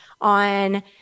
on